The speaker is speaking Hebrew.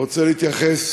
רוצה להתייחס